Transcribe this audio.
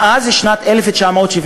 מאז שנת 1976,